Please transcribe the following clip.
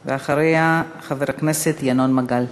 ואחריה, חבר הכנסת ינון מגל.